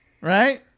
Right